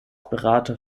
berater